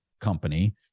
company